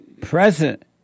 present